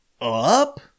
up